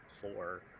four